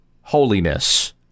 holiness